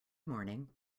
morning